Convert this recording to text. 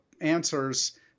answers